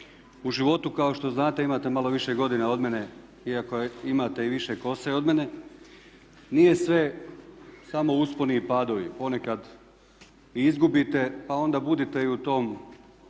u životu kao što znate, imate malo više godina od mene, iako imate i više kose od mene, nije sve samo usponi i padovi, ponekad i izgubite pa onda budite i u tom